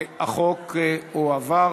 החוק הועבר.